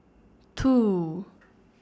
two